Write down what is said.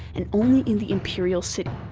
and only in the imperial city.